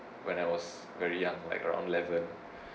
when I was very young like around eleven